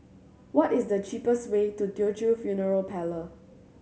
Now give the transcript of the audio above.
what is the cheapest way to Teochew Funeral Parlour